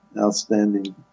Outstanding